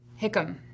Hickam